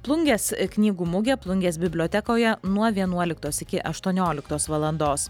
plungės knygų mugė plungės bibliotekoje nuo vienuoliktos iki aštuonioliktos valandos